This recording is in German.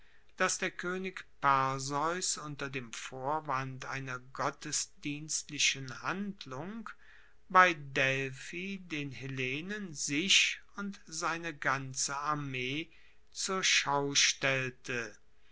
dass der koenig perseus unter dem vorwand einer gottesdienstlichen handlung bei delphi den hellenen sich und seine ganze armee zur schau stellte